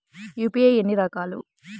UPI ఎన్ని రకాలు?